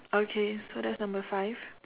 okay so that's number five